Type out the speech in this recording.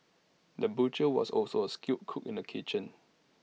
the butcher was also A skilled cook in the kitchen